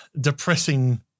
depressing